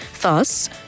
thus